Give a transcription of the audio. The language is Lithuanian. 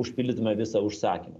užpildytume visą užsakymą